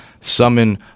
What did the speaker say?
Summon